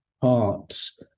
parts